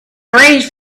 arrange